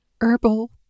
herbal